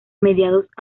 mediados